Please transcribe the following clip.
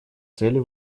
цели